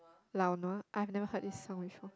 lao-nua I have never heard this lao-nua before